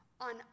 on